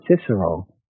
Cicero